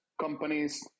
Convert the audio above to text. companies